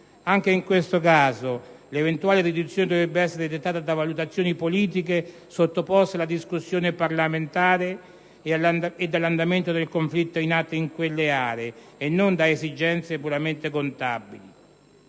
Anche in questo caso l'eventuale riduzione dovrebbe essere dettata da valutazioni politiche sottoposte alla discussione parlamentare e dall'andamento del conflitto in atto in quelle aree e non da esigenze puramente contabili.